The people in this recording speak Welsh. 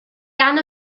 gan